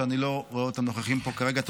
שאני לא רואה אותם נוכחים פה כרגע.